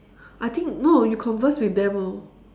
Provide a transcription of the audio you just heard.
I think no you converse with them lor